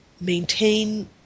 maintain